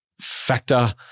factor